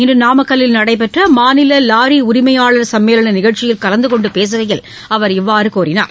இன்று நாமக்கல்லில் நடைபெற்ற மாநில லாரி உரிமையாளர் சம்மேளன நிகழ்ச்சியில் கலந்து கொண்டு பேசுகையில் அவர் இவ்வாறு கூறினார்